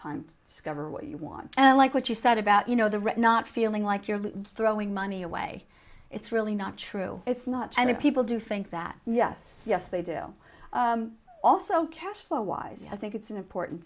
what you want and like what you said about you know the right not feeling like you're throwing money away it's really not true it's not many people do think that yes yes they do also cash flow wise i think it's an important